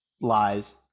lies